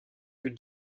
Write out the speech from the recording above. que